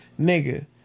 Nigga